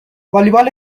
والیبال